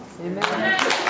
Amen